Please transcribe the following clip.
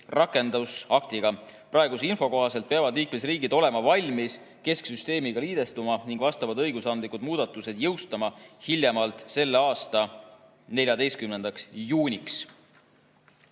rakendusaktiga. Praeguse info kohaselt peavad liikmesriigid olema valmis kesksüsteemiga liidestuma ning vastavad õigusandlikud muudatused jõustama hiljemalt selle aasta 14. juuniks.